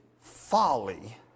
folly